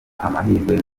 amahirwe